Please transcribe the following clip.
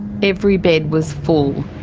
every bed was full.